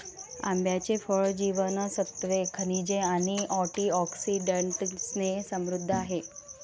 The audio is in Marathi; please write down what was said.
आंब्याचे फळ जीवनसत्त्वे, खनिजे आणि अँटिऑक्सिडंट्सने समृद्ध आहे